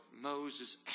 Moses